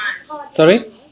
sorry